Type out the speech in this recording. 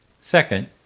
Second